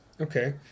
Okay